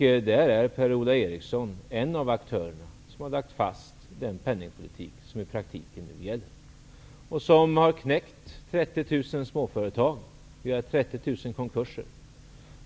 Per-Ola Eriksson är en av aktörerna som har lagt fast den penningpolitik som i praktiken nu gäller, som har knäckt 30 000 småföretag. Vi har 30 000 konkurser.